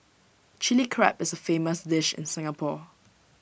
Chilli Crab is A famous dish in Singapore